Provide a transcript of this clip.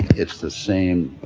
it's the same,